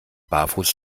barfuß